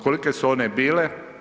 Kolike su one bile?